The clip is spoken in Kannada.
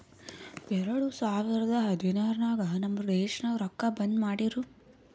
ಎರಡು ಸಾವಿರದ ಹದ್ನಾರ್ ನಾಗ್ ನಮ್ ದೇಶನಾಗ್ ರೊಕ್ಕಾ ಬಂದ್ ಮಾಡಿರೂ